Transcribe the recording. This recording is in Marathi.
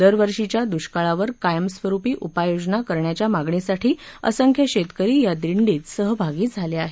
दरवर्षीच्या द्ष्काळावर कायमस्वरुपी उपाययोजना करण्याच्या मागणीसाठी असंख्य शेतकरी या दिंडीत सहभागी झाले आहेत